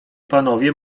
panowie